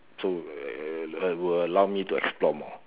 so uh will allow me to explore more